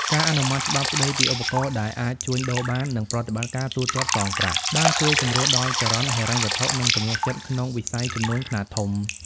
ការអនុម័តច្បាប់ស្ដីពីឧបករណ៍ដែលអាចជួញដូរបាន និងប្រតិបត្តិការទូទាត់សងប្រាក់ បានជួយសម្រួលដល់ចរន្តហិរញ្ញវត្ថុ និងទំនុកចិត្តក្នុងវិស័យជំនួញខ្នាតធំ។